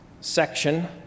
section